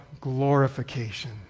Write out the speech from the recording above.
glorification